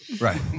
Right